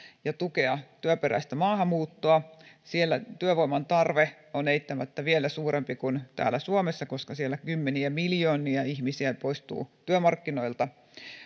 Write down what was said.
ja tukea työperäistä maahanmuuttoa siellä työvoiman tarve on eittämättä vielä suurempi kuin täällä suomessa koska siellä kymmeniä miljoonia ihmisiä poistuu työmarkkinoilta